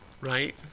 Right